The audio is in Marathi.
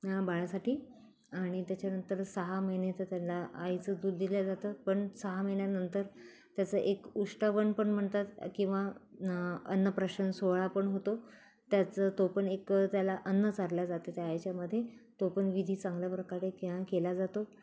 बाळासाठी आणि त्याच्यानंतर सहा महिने तर त्यांना आईचं दूध दिल्या जातं पण सहा महिन्यानंतर त्याचं एक उष्टावण पण म्हणतात किंवा न अन्नप्राशन सोहळा पण होतो त्याचं तो पण एक त्याला अन्न चारल्या जाते त्या ह्याच्यामध्ये तो पण विधी चांगल्या प्रकारे के केला जातो